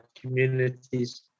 communities